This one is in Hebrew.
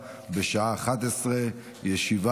אני קובע כי הצעת חוק מימון הוצאות למשפחות שבויים,